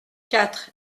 quatre